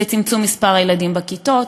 לצמצום כמות הילדים בכיתות.